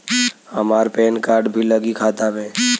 हमार PAN card भी लगी खाता में?